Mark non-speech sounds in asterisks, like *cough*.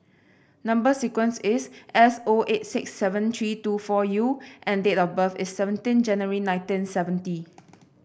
number sequence is S O eight six seven three two four U and date of birth is seventeen January nineteen seventy *noise*